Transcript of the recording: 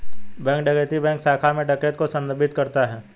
bank डकैती bank शाखा में डकैती को संदर्भित करता है